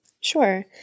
Sure